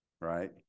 right